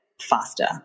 faster